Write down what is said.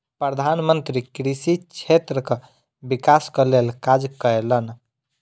प्रधान मंत्री कृषि क्षेत्रक विकासक लेल काज कयलैन